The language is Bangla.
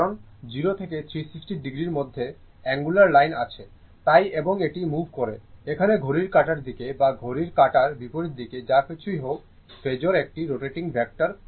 কারণ 0 থেকে 360o এর মধ্যে আঙুলের লাইন আছে তাই এবং এটি মুভ করে এখানে ঘড়ির কাঁটার দিকে বা ঘড়ির কাঁটার বিপরীতদিকে যা কিছুই হোক ফেজোর একটি রোটেটিং ভেক্টর